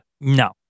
no